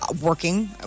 working